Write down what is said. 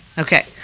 Okay